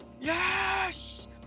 Yes